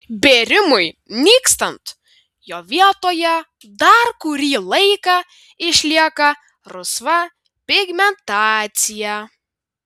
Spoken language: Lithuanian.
bėrimui nykstant jo vietoje dar kurį laiką išlieka rusva pigmentacija